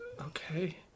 Okay